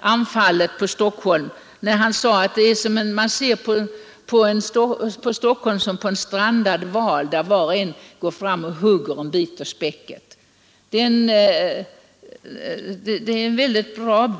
anfallet på Stockholm, när han sade att man ser på Stockholm som på en strandad val, där var och en hugger en bit av späcket.